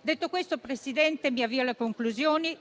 Detto questo, signor Presidente, mi avvio alla conclusione